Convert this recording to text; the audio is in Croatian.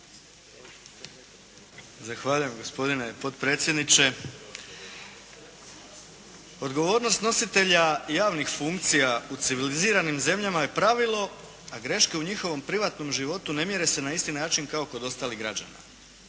Zahvaljujem gospodine potpredsjedniče. Odgovornost nositelja javnih funkcija u civiliziranim zemljama je pravilo, a greške u njihovom privatnom životu ne mjere se na isti način kao kod ostalih građana.